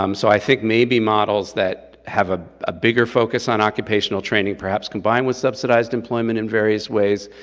um so i think maybe models that have a ah bigger focus on occupational training, perhaps combined with subsidized employment in various ways,